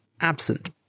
absent